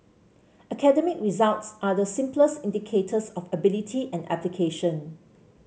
academic results are the simplest indicators of ability and application